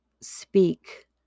speak